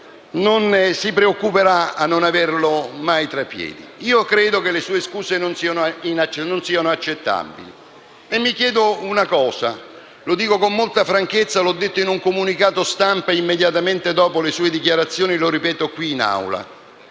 non si preoccuperà a non averli più tra i piedi. Io credo che le sue scuse non siano accettabili e mi chiedo una cosa. Lo dico con molta franchezza; l'ho detto in un comunicato stampa immediatamente dopo le sue dichiarazioni e lo ripeto qui in Aula.